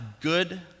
good